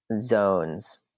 zones